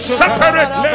separate